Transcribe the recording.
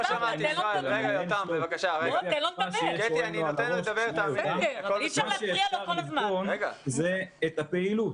מה שאפשר לבחון זה את הפעילות.